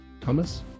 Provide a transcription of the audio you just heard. Thomas